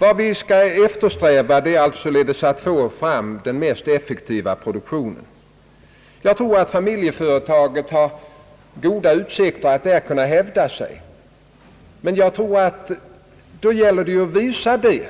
Vad vi skall eftersträva är att göra produktionen så effektiv som möjligt. Jag tror att familjeföretaget har goda utsikter att hävda sig, men då gäller det att visa det.